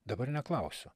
dabar neklausiu